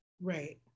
Right